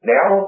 Now